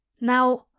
Now